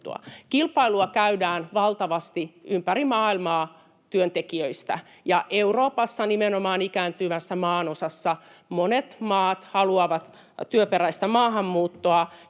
käydään valtavasti ympäri maailmaa, ja Euroopassa nimenomaan, ikääntyvässä maanosassa, monet maat haluavat työperäistä maahanmuuttoa.